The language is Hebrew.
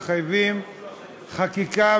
מחייבת חקיקה,